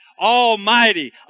almighty